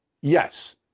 Yes